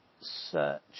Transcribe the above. search